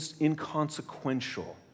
inconsequential